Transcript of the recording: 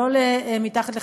של לא מתחת ל-50%,